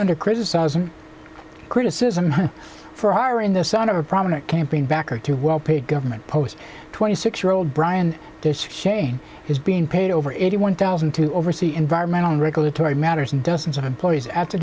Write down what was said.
under criticism criticism for our in the son of a prominent campaign backer two well paid government posts twenty six year old brian this shane has been paid over eighty one thousand to oversee environmental and regulatory matters and dozens of employees at the